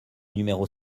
numéro